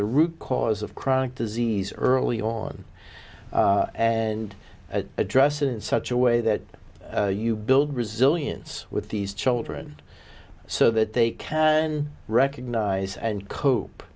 the root cause of chronic disease early on and address it in such a way that you build resilience with these children so that they can recognise and co